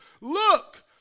Look